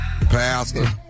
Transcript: Pastor